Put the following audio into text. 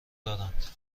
دارند